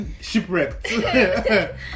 shipwrecked